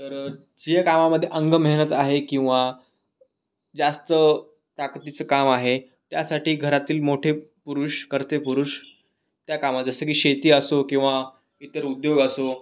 तर ज्या कामामध्ये अंग मेहनत आहे किंवा जास्त ताकदीचं काम आहे त्यासाठी घरातील मोठे पुरुष कर्ते पुरुष त्या कामात जसं की शेती असो किंवा इतर उद्योग असो